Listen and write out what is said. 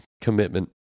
Commitment